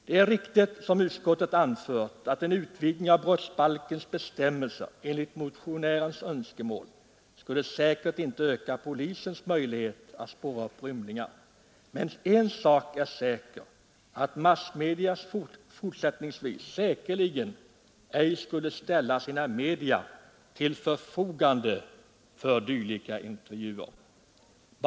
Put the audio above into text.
Det är riktigt, som utskottet anför, att en utvidgning av brottsbalkens bestämmelse enligt mina önskemål i motio 41 nen säkert inte skulle öka polisens möjlighet att spåra upp rymlingar. Men en sak är säker: massmedia skulle fortsättningsvis säkerligen ej ställa sina media till förfogande för dylika intervjuer.